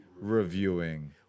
reviewing